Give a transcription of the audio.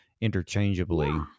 interchangeably